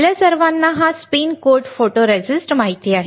आपल्या सर्वांना हा स्पिन कोट फोटोरिस्टिस्ट माहित आहे